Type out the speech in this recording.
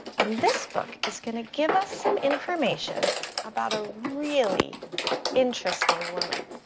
and this book is gonna give us some information about a really interesting woman.